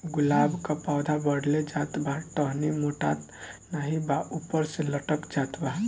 गुलाब क पौधा बढ़ले जात बा टहनी मोटात नाहीं बा ऊपर से लटक जात बा?